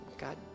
God